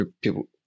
people